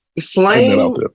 Flame